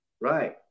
Right